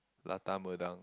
Lata Medang